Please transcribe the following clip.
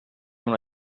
una